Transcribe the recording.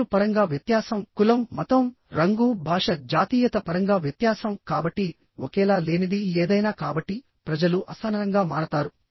పేరు పరంగా వ్యత్యాసం కులం మతం రంగు భాష జాతీయత పరంగా వ్యత్యాసం కాబట్టి ఒకేలా లేనిది ఏదైనా కాబట్టి ప్రజలు అసహనంగా మారతారు